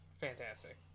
fantastic